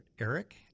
eric